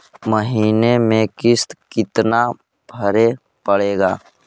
महीने में किस्त कितना भरें पड़ेगा?